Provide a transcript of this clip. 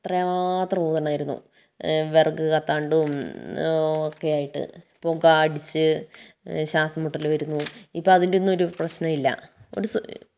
അത്രമാത്രം ഊതണായിരുന്നു വിറക് കത്താണ്ടും ഒക്കെയായിട്ട് പുക അടിച്ച് ശ്വാസം മുട്ടൽ വരുന്നു ഇപ്പം അതിൻ്റെയൊന്നും ഒരു പ്രശ്നമില്ല